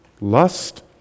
Lust